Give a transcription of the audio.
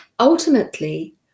Ultimately